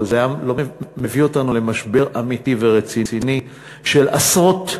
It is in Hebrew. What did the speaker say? אבל זה היה מביא אותנו למשבר אמיתי ורציני של עשרות אחוזים.